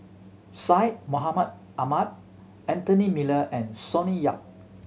Syed Mohamed Ahmed Anthony Miller and Sonny Yap